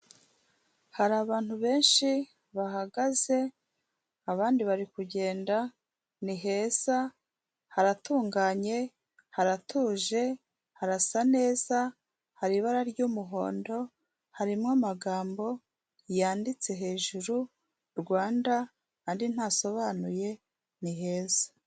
Hari abantu benshi bahagaze abandi bari kugenda ni heza haratunganye haratuje harasa neza hari ibara ry'umuhondo harimo amagambo yanditse hejuru rwanda andi ntasobanuye ni heza.